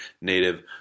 native